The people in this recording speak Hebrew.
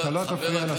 אתה מאיים כל